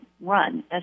run